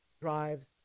drives